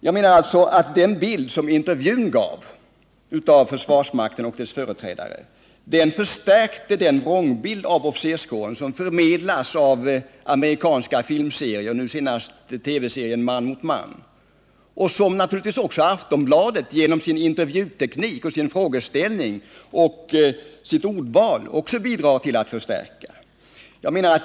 Jag menar alltså att den bild som intervjun gav av försvarsmakten och dess företrädare förstärkte den vrångbild av officerskåren som förmedlas av amerikanska filmserier, senast TV-serien Man mot man, och som naturligtvis också Aftonbladet genom sin intervjuteknik, sin frågeställning och sitt ordval bidrar till att förstärka.